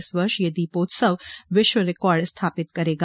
इस वर्ष यह दीपोत्सव विश्व रिकार्ड स्थापित करेगा